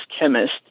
chemist